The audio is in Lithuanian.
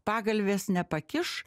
pagalvės nepakiš